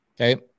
Okay